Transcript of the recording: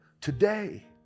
today